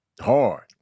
hard